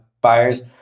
buyers